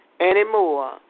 anymore